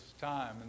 time